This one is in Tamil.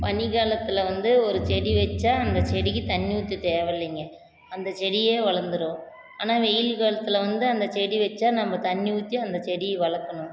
பனி காலத்தில் வந்து ஒரு செடி வச்சா அந்த செடிக்கு தண்ணி ஊற்ற தேவைல்லைங்க அந்த செடியே வளர்ந்துரும் ஆனால் வெயில் காலத்தில் வந்து அந்த செடி வச்சா நம்ம தண்ணி ஊற்றி அந்த செடியை வளர்க்கணும்